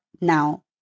now